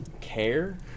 care